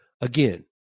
again